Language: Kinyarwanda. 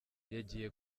yajyiye